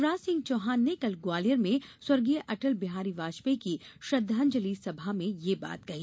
शिवराज सिंह चौहान ने कल ग्वालियर में स्व अटल बिहारी वाजपेयी की श्रद्दांजलि सभा में ये बात कही